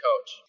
coach